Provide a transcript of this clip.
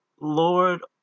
Lord